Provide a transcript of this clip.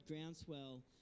groundswell